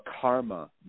karma